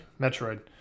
Metroid